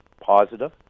positive